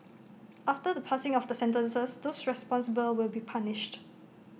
after the passing of the sentences those responsible will be punished